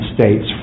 States